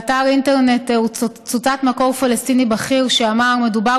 באתר אינטרנט צוטט מקור פלסטיני בכיר שאמר: מדובר